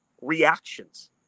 reactions